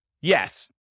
Yes